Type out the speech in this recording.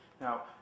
Now